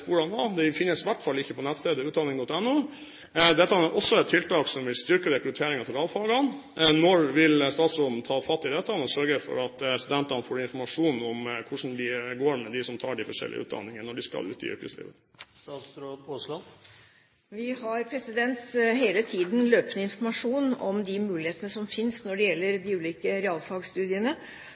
av. De finnes i hvert fall ikke på nettstedet utdanning.no. Dette er også et tiltak som vil styrke rekrutteringen til realfagene. Når vil statsråden ta fatt i dette og sørge for at studentene får informasjon om hvordan det går med dem som tar de forskjellige utdanningene, når de skal ut i yrkeslivet? Vi har hele tiden løpende informasjon om de mulighetene som finnes når det gjelder de ulike realfagstudiene,